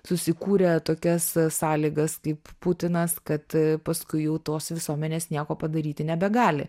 susikūrę tokias sąlygas kaip putinas kad paskui jau tos visuomenės nieko padaryti nebegali